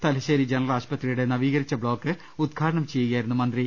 Thalassery general ആശുപത്രിയുടെ നവീകരിച്ച block ഉദ്ഘാടനം ചെയ്യുകയായിരുന്നു മന്ത്രി